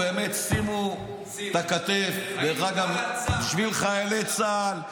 שימו את הכתף בשביל חיילי צה"ל,